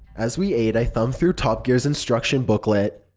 as we ate, i thumbed through top gear's instruction booklet.